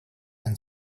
and